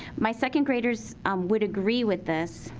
my second-graders um would agree with this.